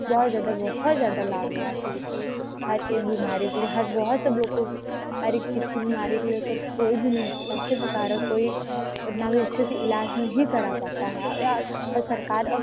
बहुत ज़्यादा बहुत ज़्यादा लाभ हुआ कि जो कि हर एक बीमारी के लिए हर बहुत सब लोगों को हर एक चीज़ की बीमारी के ले कर कोई भी नहीं पैसे के कारक कोई ना वे अच्छे से इलाज नहीं कर आप आता है और सरकार अब